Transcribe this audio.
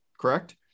Correct